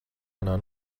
manā